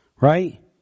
right